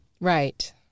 Right